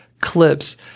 clips